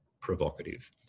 provocative